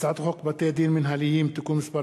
הצעת חוק בתי-דין מינהליים (תיקון מס'